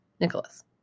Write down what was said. Nicholas